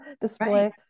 display